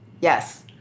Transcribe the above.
Yes